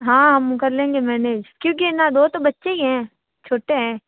हाँ हम वो कर लेंगे मैनेज बुढ्ढे क्योंकि है ना दो तो बच्चे ही हैं छोटे है